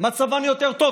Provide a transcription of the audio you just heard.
מצבן יותר טוב.